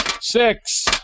Six